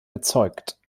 erzeugt